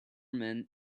man